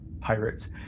pirates